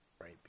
right